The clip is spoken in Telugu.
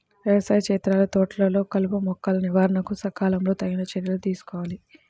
వ్యవసాయ క్షేత్రాలు, తోటలలో కలుపుమొక్కల నివారణకు సకాలంలో తగిన చర్యలు తీసుకోవాలి